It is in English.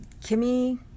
Kimmy